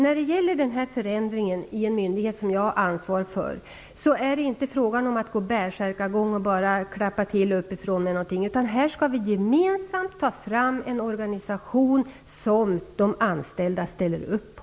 När det gäller denna förändring i en myndighet som jag har ansvar för är det inte frågan om att gå bärsärkagång och klappa till uppifrån. Det har jag också sagt till de fackliga representanterna. Vi skall gemensamt ta fram en organisation som de anställda ställer upp på.